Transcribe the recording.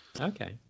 okay